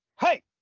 hey